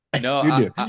No